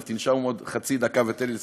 אז תנשום עוד חצי דקה ותן לי לסיים.